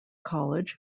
college